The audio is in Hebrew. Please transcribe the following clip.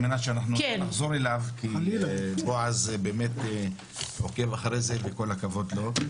חבר הכנסת טופורובסקי באמת עוקב אחרי זה וכל הכבוד לו.